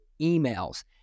emails